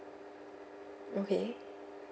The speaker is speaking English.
okay